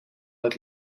het